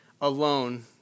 alone